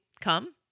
come